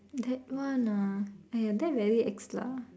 that one ah !aiya! that very ex lah